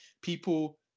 people